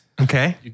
Okay